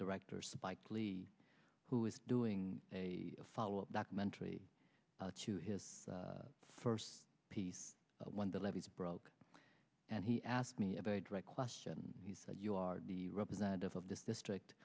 director spike lee who is doing a follow up documentary to his first piece when the levees broke and he asked me a very direct question he said you are the representative of this district